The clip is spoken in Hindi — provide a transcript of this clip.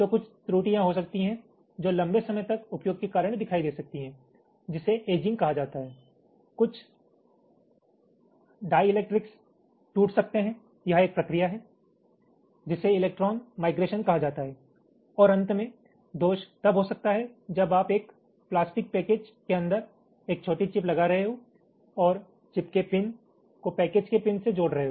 तो कुछ त्रुटियां हो सकती हैं जो लंबे समय तक उपयोग के कारण दिखाई दे सकती हैं जिसे एजिंग कहा जाता है कुछ डाइलेक्ट्रिक्स टूट सकते हैं यह एक प्रक्रिया है जिसे इलेक्ट्रॉन माइग्रेशन कहा जाता है और अंत में दोष तब हो सकता है जब आप एक प्लास्टिक पैकेज के अंदर एक छोटी चिप लगा रहे हों और चिप के पिन को पैकेज के पिन से जोड़ रहे हो